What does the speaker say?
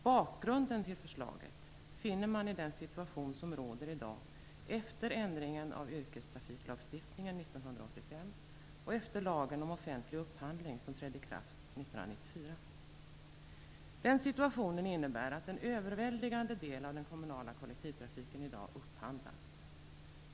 Bakgrunden till förslaget finner man i den situation som råder i dag efter ändringen av yrkestrafiklagstiftningen 1985 och efter lagen om offentlig upphandling, som trädde i kraft 1994. Den situationen innebär att en överväldigande del av den kommunala kollektivtrafiken i dag upphandlas.